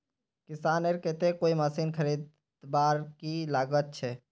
किसानेर केते कोई मशीन खरीदवार की लागत छे?